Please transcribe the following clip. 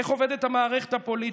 איך עובדת המערכת הפוליטית.